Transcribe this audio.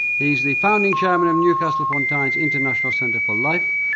he is the founding chairman of newcastle-upon-tyne's international centre for life,